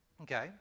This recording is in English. okay